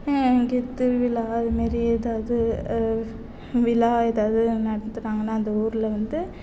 இங்கே திருவிழா அது மாரி ஏதாவது விழா ஏதாவது நடத்துகிறாங்கன்னா அந்த ஊரில் வந்து